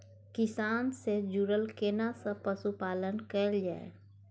किसान से जुरल केना सब पशुपालन कैल जाय?